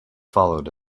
followed